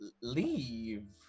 leave